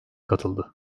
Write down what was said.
katıldı